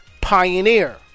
Pioneer